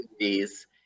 movies